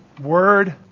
word